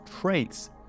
traits